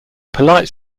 polite